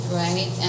right